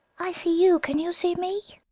i see you! can you see me?